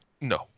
No